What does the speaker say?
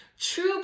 true